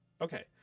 Okay